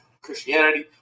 Christianity